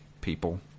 people